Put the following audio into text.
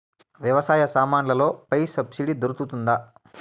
వ్యవసాయ సామాన్లలో పై సబ్సిడి దొరుకుతుందా?